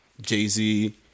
Jay-Z